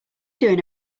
doing